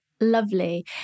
lovely